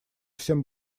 всем